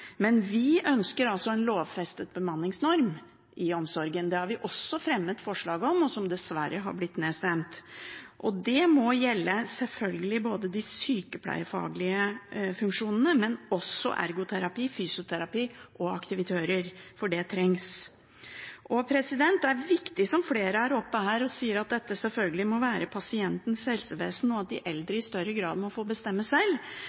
men vi ønsker en lovfestet bemanningsnorm i omsorgen. Det har vi også fremmet forslag om som dessverre er blitt nedstemt. Det må selvfølgelig gjelde både de sykepleiefaglige funksjonene og ergoterapi, fysioterapi og aktivitører. For det trengs. Det er viktig, som flere er oppe her og sier, at dette – selvfølgelig – må være pasientens helsevesen, og at de eldre i større grad må få bestemme selv.